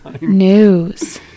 news